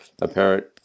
apparent